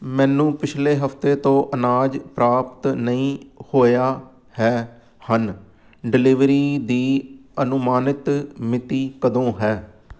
ਮੈਨੂੰ ਪਿਛਲੇ ਹਫ਼ਤੇ ਤੋਂ ਅਨਾਜ ਪ੍ਰਾਪਤ ਨਹੀਂ ਹੋਇਆ ਹੈ ਹਨ ਡਿਲੀਵਰੀ ਦੀ ਅਨੁਮਾਨਿਤ ਮਿਤੀ ਕਦੋਂ ਹੈ